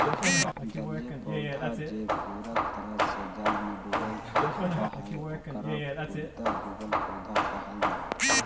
जलीय पौधा जे पूरा तरह से जल में डूबल रहऽ हई, ओकरा पूर्णतः डुबल पौधा कहल जा हई